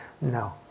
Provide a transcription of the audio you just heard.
no